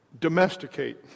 domesticate